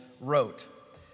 wrote